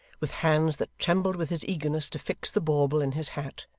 with hands that trembled with his eagerness to fix the bauble in his hat,